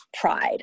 pride